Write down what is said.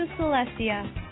Celestia